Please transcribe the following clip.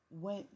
went